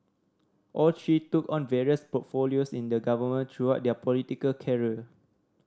all three took on various portfolios in the government throughout their political career